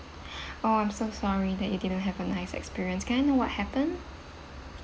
oh I'm so sorry that you didn't have a nice experience can I know what happen